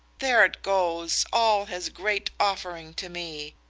there it goes, all his great offering to me!